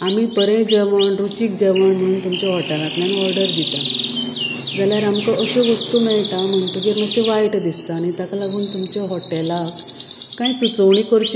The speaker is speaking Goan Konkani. आमी बरें जेवण रुचीक जेवण म्हण तुमचे हाॅटेलांतल्यान ऑर्डर दितात जाल्यार आमकां अश्यो वस्तू मेळटा म्हणटगीर मात्शें वायट दिसता आनी ताका लागून तुमचे हाॅटेलाक कांय सुचोवणी करच्यो अशें दिसतात